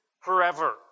forever